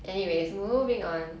anyways moving on